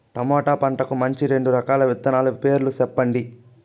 tomato పంటకు మంచి రెండు రకాల విత్తనాల పేర్లు సెప్పండి